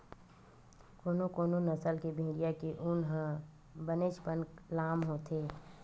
कोनो कोनो नसल के भेड़िया के ऊन ह बनेचपन लाम होथे